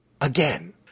Again